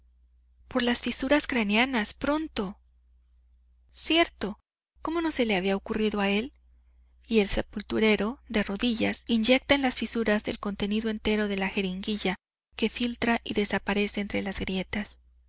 por las fisuras craneanas pronto cierto cómo no se le había ocurrido a él y el sepulturero de rodillas inyecta en las fisuras el contenido entero de la jeringuilla que filtra y desaparece entre las grietas